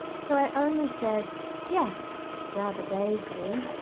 so i only said yes rather vaguely,